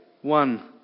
one